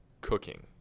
cooking